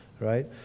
right